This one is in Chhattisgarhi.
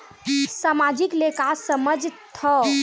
सामाजिक ले का समझ थाव?